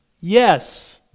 Yes